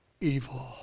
evil